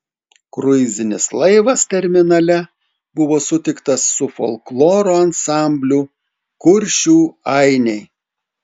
kruizinis laivas terminale buvo sutiktas su folkloro ansambliu kuršių ainiai